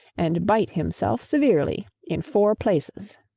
and bite himself severely in four places.